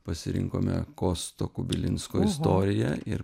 pasirinkome kosto kubilinsko istoriją ir